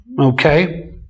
Okay